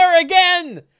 again